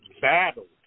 battled